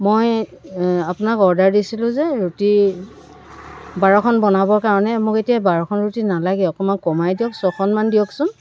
মই আপোনাক অৰ্ডাৰ দিছিলোঁ যে ৰুটি বাৰখন বনাবৰ কাৰণে মোক এতিয়া বাৰখন ৰুটি নালাগে অকণমান কমাই দিয়ক ছয়খনমান দিয়কচোন